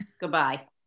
goodbye